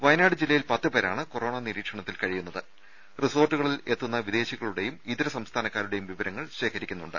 വയനാട് ജില്ലയിൽ പത്തുപേരാണ് കൊറോണ നിരീക്ഷണത്തിൽ കഴിയുന്നത്യ റിസ്റോർട്ടുകളിൽ എത്തുന്ന വിദേശികളുടെയും ഇതര സംസ്ഥാനക്കാരുടെയും വിവരങ്ങൾ ശേഖരിക്കുന്നുണ്ട്